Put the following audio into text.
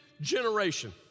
generation